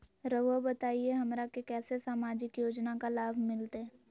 रहुआ बताइए हमरा के कैसे सामाजिक योजना का लाभ मिलते?